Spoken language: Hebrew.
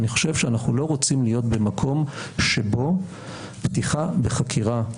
אני חושב שאנחנו לא רוצים להיות במקום שבו פתיחה בחקירה,